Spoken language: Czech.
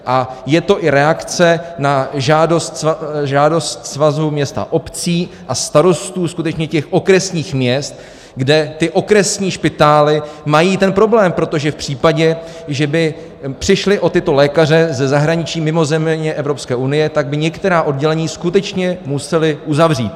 A je to i reakce na žádost Svazu měst a obcí a starostů skutečně těch okresních měst, kde ty okresní špitály mají ten problém, protože v případě, že by přišly o tyto lékaře ze zahraničí mimo země Evropské unie, tak by některá oddělení skutečně musely uzavřít.